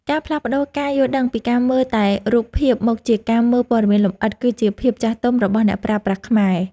ការផ្លាស់ប្តូរការយល់ដឹងពីការមើលតែរូបភាពមកជាការមើលព័ត៌មានលម្អិត គឺជាភាពចាស់ទុំរបស់អ្នកប្រើប្រាស់ខ្មែរ។